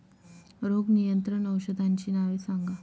रोग नियंत्रण औषधांची नावे सांगा?